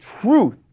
truth